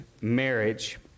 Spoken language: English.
marriage